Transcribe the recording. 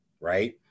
right